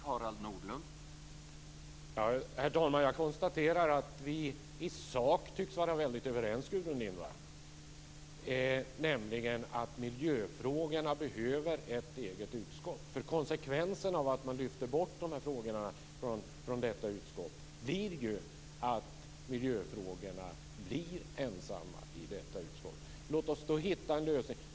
Herr talman! Jag konstaterar att vi i sak tycks vara väldigt överens, Gudrun Lindvall. Miljöfrågorna behöver ett eget utskott. Konsekvensen av att man lyfter bort frågorna från detta utskott blir ju att miljöfrågorna blir ensamma i utskottet. Låt oss hitta en lösning.